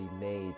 made